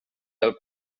del